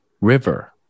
River